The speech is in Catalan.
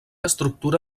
estructura